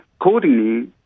Accordingly